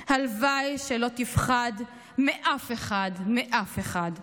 / הלוואי שלא תפחד / מאף אחד, מאף אחד.